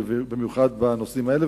במיוחד בנושאים האלה.